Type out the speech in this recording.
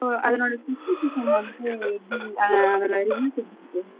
ஓ அதனோட ஸ்பெசிஃபிகேஷன் வந்து எப்படி அதோட ரிவ்யூஸ் எப்படி இருக்கு